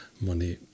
money